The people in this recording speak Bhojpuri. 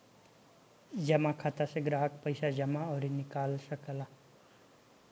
जमा खाता से ग्राहक पईसा जमा अउरी निकाल सकेला